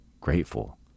grateful